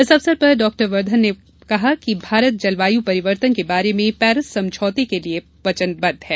इस अवसर पर डॉक्टर वर्धन ने कहा कि भारत जलवायु परिवर्तन के बारे में पेरिस समझौते के प्रति वचनबद्व है